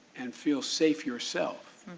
and feel safe yourself,